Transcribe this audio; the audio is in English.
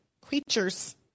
creatures